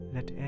Let